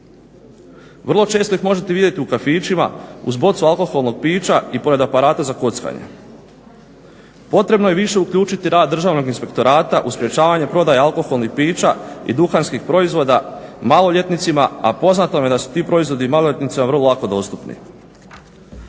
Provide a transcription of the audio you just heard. Vrlo često ih možete vidjeti u kafićima uz bocu alkoholnog pića i pored aparata za kockanje. Potrebno je više uključiti rad Državnog inspektorata u sprečavanje prodaje alkoholnih pića i duhanskih proizvoda maloljetnicima, a poznato nam je da su ti proizvodi maloljetnicima vrlo lako dostupni.